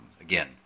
again